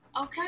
Okay